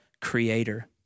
creator